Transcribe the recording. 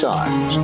Times